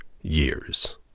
years